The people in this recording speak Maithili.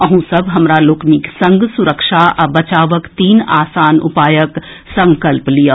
अहूँ सब हमरा लोकनिक संग सुरक्षा आ बचावक तीन आसान उपायक संकल्प लियऽ